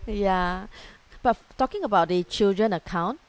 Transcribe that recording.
yeah but talking about the children account